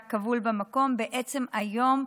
במקום, בעצם היום,